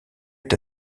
est